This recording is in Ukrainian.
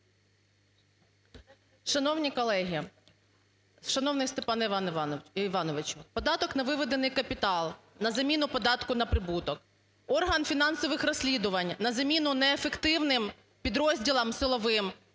Шановні колеги, шановний Степане Івановичу! Податок на виведений капітал на заміну податку на прибуток; орган фінансових розслідувань на заміну неефективним підрозділам силовим